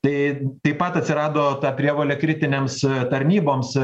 tai taip pat atsirado ta prievolė kritinėms tarnyboms